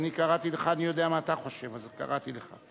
אני קראתי לך.